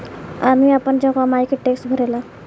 आदमी आपन कमाई के टैक्स भरेला